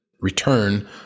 return